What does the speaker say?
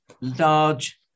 large